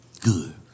Good